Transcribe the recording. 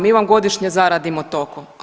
Mi vam godišnje zaradimo toliko.